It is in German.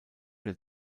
der